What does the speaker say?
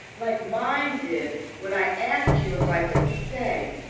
like mine did when i asked you if i could stay.